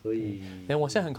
所以 mm